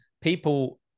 people